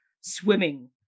Swimming